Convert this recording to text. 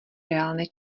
reálné